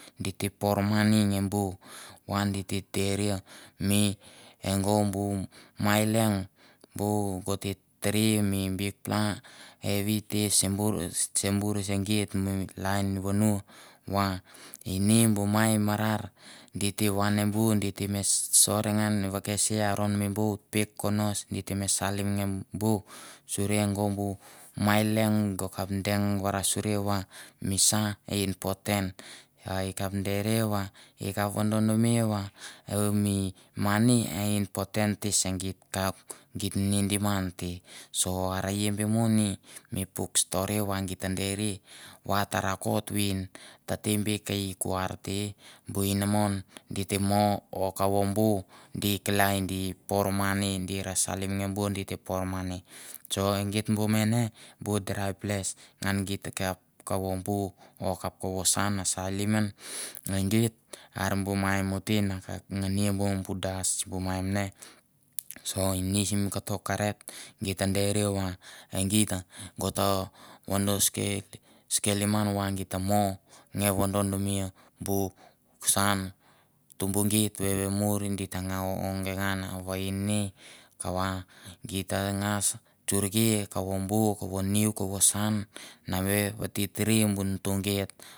Di te por mani ne bu wan di te teria, mi e go bu mai leong bu go te tare mi bikpla hevi te subur se geit mi lain vano va ini bu mai i marar di te vanebu di te sor ngan vekesi i aron mi boat pek konos di te mi salim nge bu, sur i e go mai leong go kap deng varasuri va misa a important a i kap deri va, i kap vodondome va evoi mi mani a importnat se geit kakauk, geit nidim ngan te. So are i be, mo ni mi puk stori va geit ta deria va ta rakot wind va ta te be ki kuar te, bu inamon di te mo o kavo bu di kalai di por mani di ra salim nge bu di te por mani. So e geit bu mene, bu dry ples ngan gi ta kap kovo bu o kap kova saun na salim an, e geit ar bu mai mo te ngania bu das sibu mai mene. So ini sim kato kerot gita deri va e geit go ta vado skel skelim ngan va gi ta mo nge vododomia bu saun tumbu git vevemuir git tanga onge ngan a vain ni kava gi ta ngas tsorkia kovo bu, kovo niu, kovo sa an na ve vititiria bu n'tu geit.